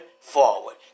forward